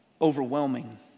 overwhelming